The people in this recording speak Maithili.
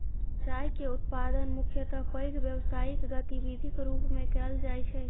चाय के उत्पादन मुख्यतः पैघ व्यावसायिक गतिविधिक रूप मे कैल जाइ छै